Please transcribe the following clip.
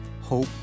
hope